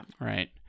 Right